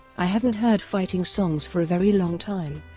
i haven't heard fighting songs for a very long time,